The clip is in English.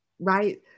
right